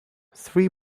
three